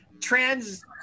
Trans